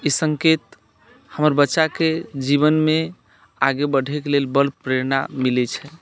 ई सङ्केत हमर बच्चाके जीवनमे आगे बढ़ैके लेल बल प्रेरणा मिलैत छै